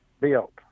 built